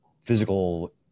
physical